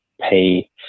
pay